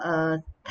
uh